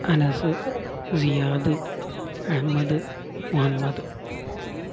Anas Siyad Ahammed Muhammad